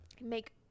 Make